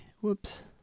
whoops